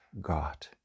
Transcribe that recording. god